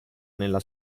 nella